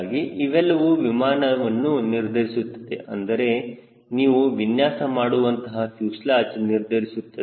ಹೀಗಾಗಿ ಇವೆಲ್ಲವೂ ವಿಮಾನವನ್ನು ನಿರ್ಧರಿಸುತ್ತದೆ ಅಂದರೆ ನೀವು ವಿನ್ಯಾಸ ಮಾಡುವಂತಹ ಫ್ಯೂಸೆಲಾಜ್ ನಿರ್ಧರಿಸುತ್ತದೆ